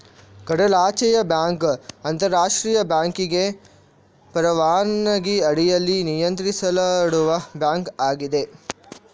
ಕಡಲಾಚೆಯ ಬ್ಯಾಂಕ್ ಅಂತರಾಷ್ಟ್ರೀಯ ಬ್ಯಾಂಕಿಂಗ್ ಪರವಾನಗಿ ಅಡಿಯಲ್ಲಿ ನಿಯಂತ್ರಿಸಲ್ಪಡುವ ಬ್ಯಾಂಕ್ ಆಗಿದೆ